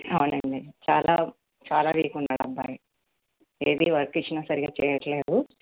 అవునండి చాలా చాలా వీక్ ఉన్నాడు అబ్బాయి ఏది వర్క్ ఇచ్చిన సరిగా చేయట్లేదు